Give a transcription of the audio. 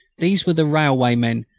these were the railwaymen,